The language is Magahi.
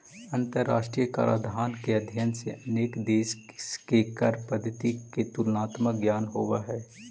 अंतरराष्ट्रीय कराधान के अध्ययन से अनेक देश के कर पद्धति के तुलनात्मक ज्ञान होवऽ हई